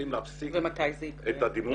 מתי זה יקרה?